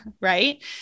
Right